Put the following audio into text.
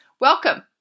welcome